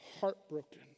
heartbroken